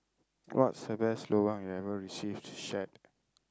what's the best lobang you ever received shared